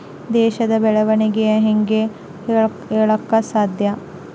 ದೇಶದ ಬೆಳೆವಣಿಗೆನ ಹೇಂಗೆ ಹೇಳಕ ಸಾಧ್ಯ?